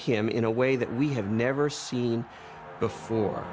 him in a way that we have never seen before